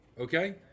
okay